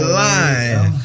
lying